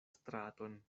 straton